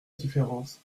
différence